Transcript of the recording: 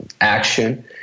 action